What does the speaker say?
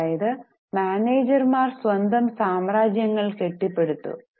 അതായത് മാനേജർമാർ സ്വന്തം സാമ്രാജ്യങ്ങൾ കെട്ടിപ്പടുത്തു